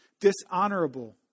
dishonorable